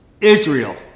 Israel